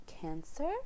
cancer